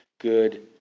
good